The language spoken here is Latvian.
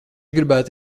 gribētu